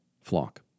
flock